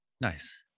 Nice